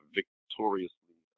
victoriously